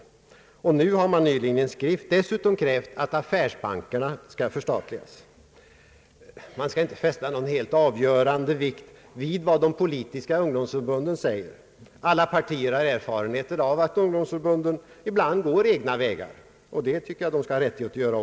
Ungdomsförbundet har dessutom nyligen i en skrift krävt att affärsbankerna skall förstatligas. Man skall inte fästa någon helt avgörande vikt vid vad de politiska ungdomsförbunden säger; alla partier har erfarenhet av att ungdomsförbunden ibland går egna vägar, och det bör de ha rättighet att göra.